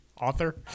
author